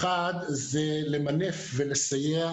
אחד, למנף ולסייע